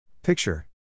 Picture